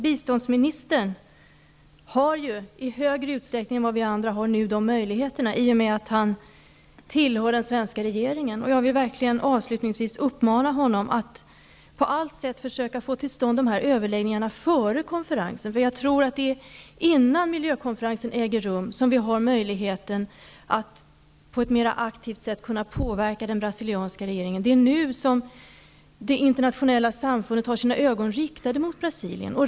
Biståndsministern har ju i större utsträckning än vi andra dessa möjligheter i och med att han tillhör den svenska regeringen. Jag vill verkligen uppmana honom att på allt sätt försöka få till stånd de här överläggningarna före konferensen. Det är innan miljökonferensen äger rum som vi har möjligheter att på ett mer aktivt sätt påverka den brasilianska regeringen. Det är nu som det internationella samfundet har sina ögon riktade mot Brasilien.